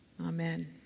Amen